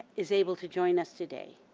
is able to join us today.